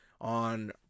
on